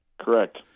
Correct